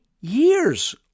years